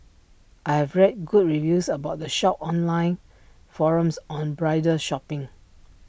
I have read good reviews about the shop on online forums on bridal shopping